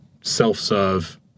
self-serve